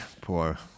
poor